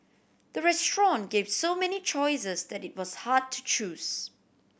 the restaurant gave so many choices that it was hard to choose